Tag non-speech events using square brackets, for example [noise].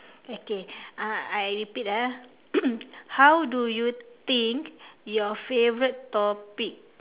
okay uh I repeat ah [coughs] how do you think your favourite topic